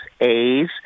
A's